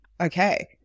Okay